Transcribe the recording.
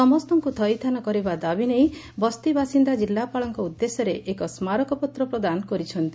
ସମ୍ତଙ୍କୁ ଥଇଥାନ କରିବା ଦାବି ନେଇ ବସ୍ତିବାସିନ୍ଦା ଜିଲ୍ଲାପାପଳଙ୍କ ଉଦ୍ଦେଶ୍ୟରେ ଏକ ସ୍ଲାରକପତ୍ର ପ୍ରଦାନ କରିଛନ୍ତି